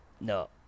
no